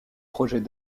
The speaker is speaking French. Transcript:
projets